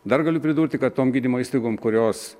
dar galiu pridurti kad tom gydymo įstaigom kurios